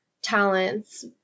talents